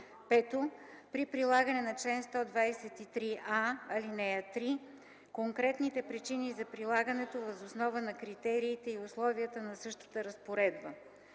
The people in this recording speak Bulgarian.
5. при прилагане на чл. 123а, ал. 3 - конкретните причини за прилагането въз основа на критериите и условията на същата разпоредба.